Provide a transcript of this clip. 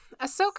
Ahsoka